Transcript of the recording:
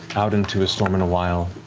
out into a storm in a while